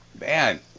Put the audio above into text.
Man